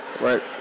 right